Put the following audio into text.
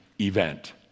event